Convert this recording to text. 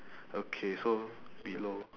okay so below